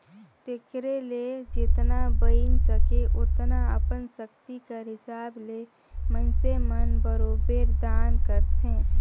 तेकरे ले जेतना बइन सके ओतना अपन सक्ति कर हिसाब ले मइनसे मन बरोबेर दान करथे